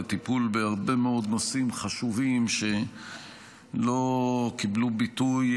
וטיפול בהרבה מאוד נושאים חשובים שלא קיבלו ביטוי,